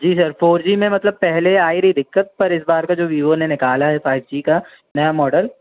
जी sir four G में मतलब पहले आई रही दिक्कत पर इस बार का जो वीवो ने निकाला है फ़ाइव जी का नया मॉडल